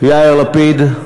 יאיר לפיד,